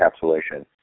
encapsulation